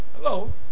hello